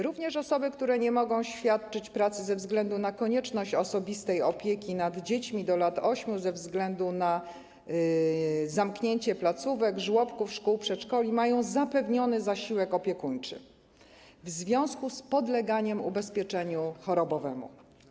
Również osoby, które nie mogą świadczyć pracy ze względu na konieczność osobistej opieki nad dziećmi w wieku do lat 8 ze względu na zamknięcie placówek, żłobków, szkół, przedszkoli, mają zapewniony zasiłek opiekuńczy w związku z podleganiem ubezpieczeniu chorobowemu.